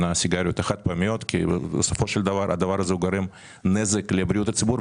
הסיגריות החד פעמיות שגורמות נזק לבריאות הציבור,